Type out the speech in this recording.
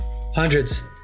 Hundreds